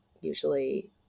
usually